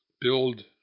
build